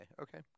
Okay